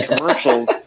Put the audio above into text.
commercials